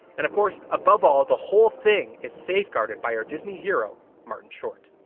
and of course, above all, the whole thing is safeguarded by our disney hero martin short.